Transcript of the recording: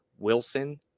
Wilson